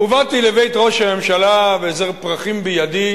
ובאתי לבית ראש הממשלה וזר פרחים בידי,